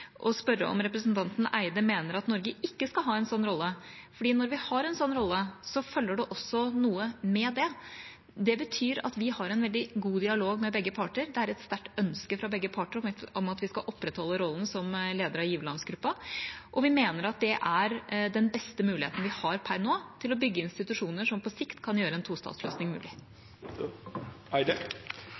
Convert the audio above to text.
spørre om representanten Eide mener at Norge ikke skal ha en sånn rolle, for når vi har en sånn rolle, følger det også noe med det. Det betyr at vi har en veldig god dialog med begge parter. Det er et sterkt ønske fra begge parter om at vi skal opprettholde rollen som leder av giverlandsgruppa, og vi mener at det er den beste muligheten vi har per nå til å bygge institusjoner som på sikt kan gjøre en tostatsløsning mulig.